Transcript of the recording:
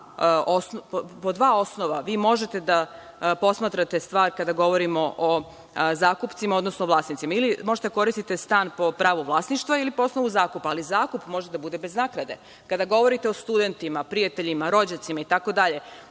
po dva osnova možete da posmatrate stvar kada govorimo o zakupcima, odnosno vlasnicima. Ili možete da koristite stan po pravu vlasništva ili po osnovu zakupa, ali zakup može da bude bez naknade. Kada govorite o studentima, prijateljima, rođacima, itd,